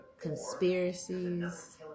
conspiracies